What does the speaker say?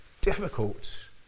difficult